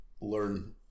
learn